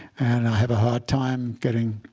and i have a hard time getting